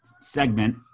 Segment